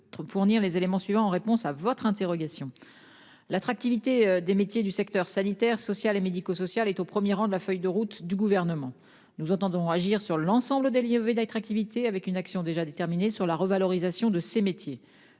votre fournir les éléments suivants, en réponse à votre interrogation. L'attractivité des métiers du secteur sanitaire, sociale et médico-sociale est au 1er rang de la feuille de route du gouvernement nous entendons agir sur l'ensemble des d'attractivité avec une action déjà déterminé sur la revalorisation de ses métiers